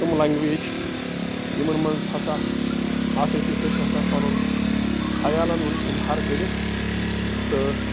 تِم لنٛگویج یِمَن منٛز ہسا اکھ أکِس سۭتۍ چھِ ہٮ۪کان پَنُن خیالَن ہُنٛد اِظہار کٔرِتھ تہٕ